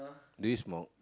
do you smoke